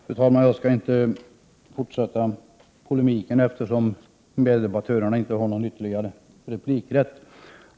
Fru talman! Jag avser inte att fortsätta denna polemik, eftersom meddebattörerna inte har någon ytterligare replikrätt.